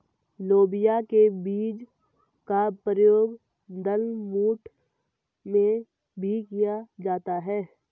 लोबिया के बीज का प्रयोग दालमोठ में भी किया जाता है